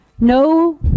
No